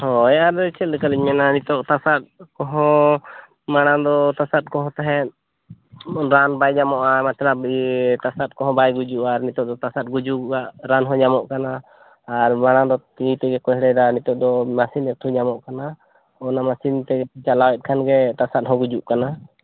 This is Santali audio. ᱦᱳᱭ ᱟᱨ ᱪᱮᱫᱞᱮᱠᱟᱞᱤᱧ ᱢᱮᱱᱟ ᱱᱤᱛᱚᱜ ᱛᱟᱥᱟᱫ ᱠᱚᱦᱚᱸ ᱢᱟᱲᱟᱝ ᱫᱚ ᱛᱟᱥᱟᱫ ᱠᱚᱦᱚᱸ ᱛᱟᱦᱮᱫ ᱨᱟᱱ ᱵᱟᱭ ᱧᱟᱢᱚᱜᱼᱟ ᱢᱟᱛᱞᱟᱵ ᱛᱟᱥᱟᱫ ᱠᱚᱦᱚᱸ ᱵᱟᱭ ᱜᱩᱡᱩᱜᱼᱟ ᱟᱨ ᱱᱤᱛᱚᱜ ᱫᱚ ᱛᱟᱥᱟᱫ ᱜᱩᱡᱩᱜ ᱜᱚᱜᱼᱟ ᱨᱟᱱ ᱦᱚᱸ ᱧᱟᱢᱚ ᱠᱟᱱᱟ ᱟᱨ ᱢᱟᱲᱟᱝ ᱫᱚ ᱛᱤ ᱛᱮᱜᱮ ᱠᱚ ᱦᱮᱲᱦᱮᱫᱟ ᱟᱨ ᱱᱤᱛᱚᱜ ᱫᱚ ᱢᱮᱹᱥᱤᱱ ᱠᱚ ᱧᱟᱢᱚ ᱠᱟᱱᱟ ᱚᱱᱟ ᱢᱮᱹᱥᱤᱱ ᱛᱮ ᱪᱟᱞᱟᱣᱮᱫ ᱠᱷᱟᱱ ᱜᱮ ᱛᱟᱥᱟᱫ ᱦᱚᱸ ᱜᱩᱡᱩᱜ ᱠᱟᱱᱟ